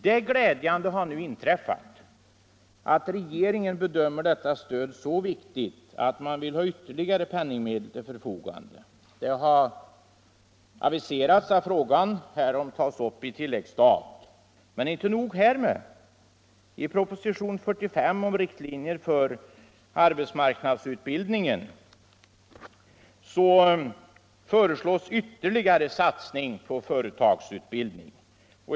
Det glädjande har nu inträffat att regeringen bedömer detta stöd så viktigt, att man vill ha ytterligare penningmedel till förfogande. Det har aviserats att frågan härom skall tas upp på tilläggsstat. Men inte nog härmed. I propositionen 45 om riktlinjer för arbetsmarknadsutbildning föreslås ytterligare satsning på företagsutbildning.